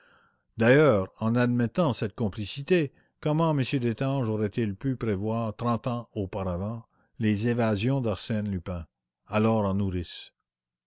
en admettant cette complicité comment avait-il pu prévoir trente ans auparavant les évasions d'arsène lupin alors en